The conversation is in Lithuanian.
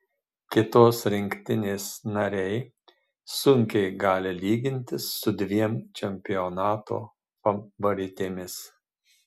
kitos rinktinės nariai sunkiai gali lygintis su dviem čempionato favoritėmis